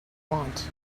want